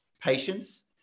patients